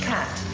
Cat